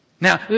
Now